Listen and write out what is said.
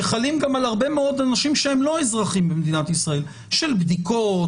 שחלים גם על הרבה מאוד אנשים שהם לא אזרחים במדינת ישראל של בדיקות,